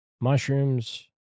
mushrooms